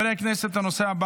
[מס' כ/1001,